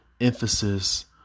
emphasis